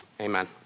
Amen